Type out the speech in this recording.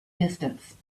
distance